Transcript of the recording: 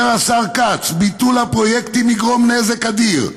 אומר השר כץ: ביטול הפרויקטים יגרום נזק אדיר,